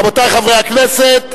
רבותי חברי הכנסת,